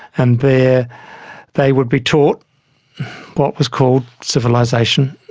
and there they would be taught what was called civilisation,